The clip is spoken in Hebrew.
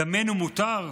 דמנו מותר?